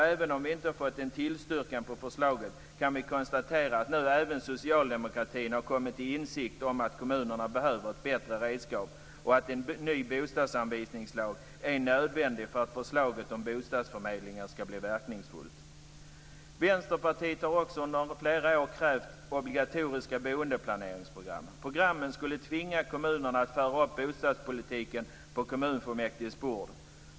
Även om vi inte har fått en tillstyrkan på förslaget kan vi konstatera att nu även socialdemokratin har kommit till insikt om att kommunerna behöver ett bättre redskap och att en ny bostadsanvisningslag är nödvändig för att förslaget om bostadsförmedlingar ska bli verkningsfullt. Vänsterpartiet har också under flera år krävt obligatoriska boendeplaneringsprogram. Programmen skulle tvinga kommunerna att föra upp bostadspolitiken på kommunfullmäktiges bord.